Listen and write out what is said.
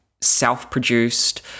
self-produced